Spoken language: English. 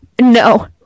No